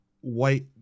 white